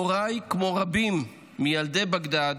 הוריי, כמו רבים מילדי בגדד,